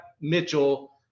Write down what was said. Mitchell